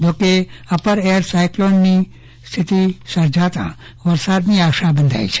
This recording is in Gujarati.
જોકે અપરએર સાયકલોનની સ્થિતિ સર્જાતા વરસાદની આશા વર્તાઈ છે